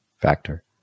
factor